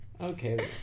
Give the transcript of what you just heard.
Okay